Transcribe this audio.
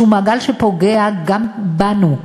שהוא מעגל שפוגע גם בנו,